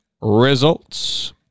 results